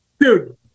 Dude